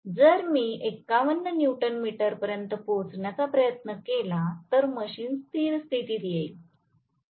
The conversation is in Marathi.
जर मी 51 न्यूटन मीटरपर्यंत पोहोचण्याचा प्रयत्न केला तर मशीन स्थिर स्थितीत येईल